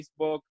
Facebook